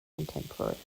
contemporaries